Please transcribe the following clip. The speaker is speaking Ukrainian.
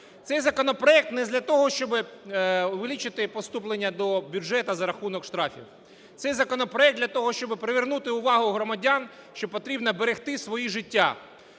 Цей законопроект не для того, щоб увеличити поступлення до бюджету за рахунок штрафів. Цей законопроект для того, щоб привернути увагу громадян, що потрібно берегти свої життя.